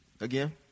again